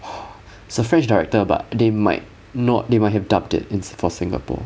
it's a french director but they might not they might have dubbed it in for singapore